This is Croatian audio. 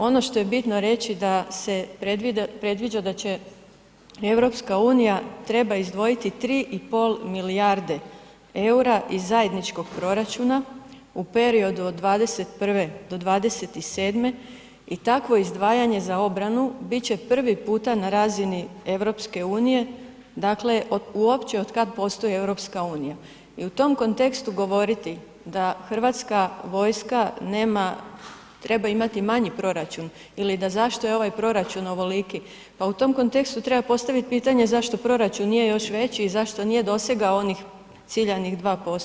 Ono što je bitno reći da se predviđa da će EU treba izdvojiti 3,5 milijarde EUR-a iz zajedničkog proračuna u periodu od '21 do '27 i takvo izdvajanje za obranu bit će prvi puta na razini EU, dakle, uopće otkad postoji EU i u tom kontekstu govoriti da Hrvatska vojska nema, treba imati manji proračun ili da zašto je ovaj proračun ovoliki, pa u tom kontekstu treba postavit pitanje zašto proračun nije još veći i zašto nije dosegao onih ciljanih 2%